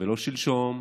ולא שלשום,